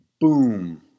Boom